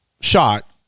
shot